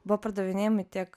buvo pardavinėjami tiek